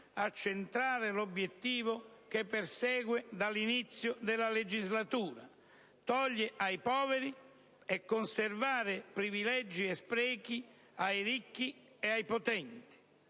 a centrare l'obiettivo che persegue dall'inizio della legislatura: togliere ai poveri e conservare privilegi e sprechi ai ricchi e ai potenti.